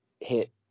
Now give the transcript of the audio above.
hit